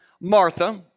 Martha